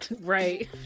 right